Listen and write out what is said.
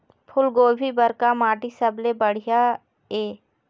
फूलगोभी बर का माटी सबले सबले बढ़िया ये?